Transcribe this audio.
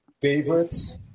Favorites